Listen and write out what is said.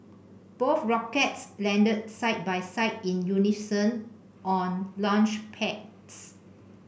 both rockets landed side by side in unison on launchpads